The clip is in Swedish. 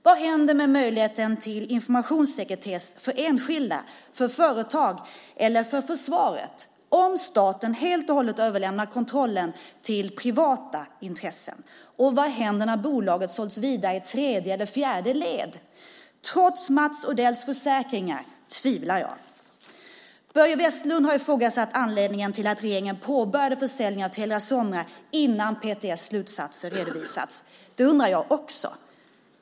Vad händer med möjligheten till informationssekretess för enskilda, för företag eller för försvaret om staten helt och hållet överlämnar kontrollen till privata intressen? Vad händer när bolaget säljs vidare i tredje eller fjärde led? Trots Mats Odells försäkringar tvivlar jag. Börje Vestlund har ifrågasatt anledningen till att regeringen påbörjade försäljningen av Telia Sonera innan PTS slutsatser redovisats, och det undrar jag också.